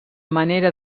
manera